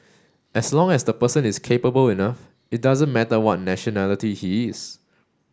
as long as the person is capable enough it doesn't matter what nationality he is